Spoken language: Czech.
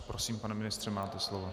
Prosím, pane ministře, máte slovo.